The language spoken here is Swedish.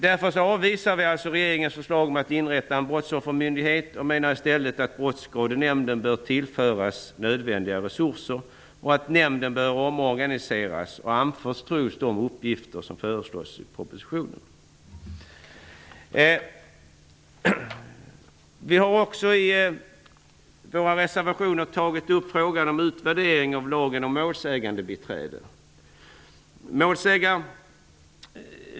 Därför avvisar vi regeringens förslag att inrätta en brottsoffermyndighet och menar i stället att Brottsskadenämnden bör tillföras nödvändiga resurser, att nämnden bör omorganiseras och anförtros de uppgifter som föreslås i propositionen. Vi har i våra reservationer tagit upp frågan om utvärdering av lagen om målsägandebiträde.